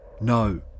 no